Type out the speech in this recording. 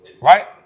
Right